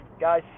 Guys